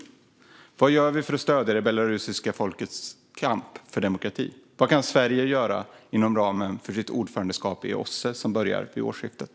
Vad gör vi för att stödja det belarusiska folkets kamp för demokrati? Vad kan Sverige göra inom ramen för sitt ordförandeskap i OSSE som börjar vid årsskiftet?